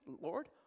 Lord